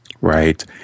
Right